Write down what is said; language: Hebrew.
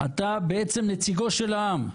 אתה בעצם נציגו של העם.